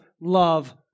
love